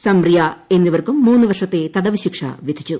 സംമ്രിയ എന്നിവർക്കും മൂന്ന് വർഷത്തെ തടവ്ശിക്ഷ വിധിച്ചു